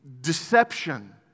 deception